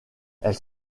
elle